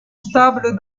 stable